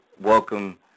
welcome